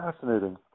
Fascinating